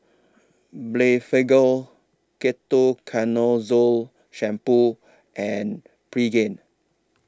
Blephagel Ketoconazole Shampoo and Pregain